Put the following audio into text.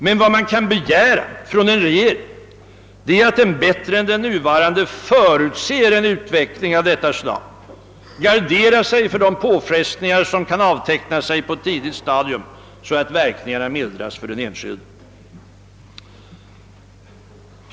Men vad man kan begära av en regering är att den bättre än den nuvarande förutser en dylik utveckling och garderar sig för de påfrestningar som kan avteckna sig på ett tidigt stadium, så att verkningarna för den enskilde mildras.